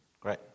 Great